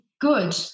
good